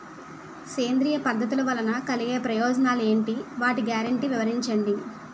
సేంద్రీయ పద్ధతుల వలన కలిగే ప్రయోజనాలు ఎంటి? వాటి గ్యారంటీ వివరించండి?